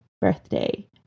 birthday